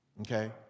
Okay